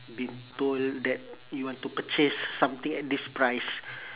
been told that you want to purchase something at this price